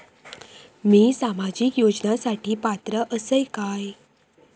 मी सामाजिक योजनांसाठी पात्र असय काय?